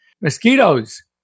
Mosquitoes